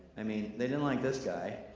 i mean, they didn't like this guy,